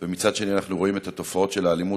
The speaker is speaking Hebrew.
מצד שני, אנחנו רואים את התופעות של האלימות.